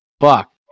Fuck